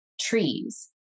trees